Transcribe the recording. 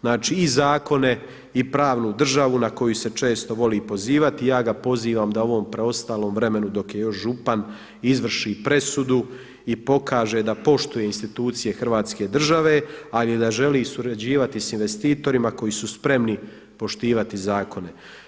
znači i zakone i pravnu državu na koju se često voli pozivati i ja ga pozivam da u ovom preostalom vremenu dok je još župan, izvrši presudu i pokaže da poštuje institucije Hrvatske države, ali da želi surađivati sa investitorima koji su spremni poštivati zakone.